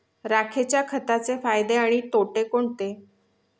राखेच्या खताचे फायदे आणि तोटे कोणते?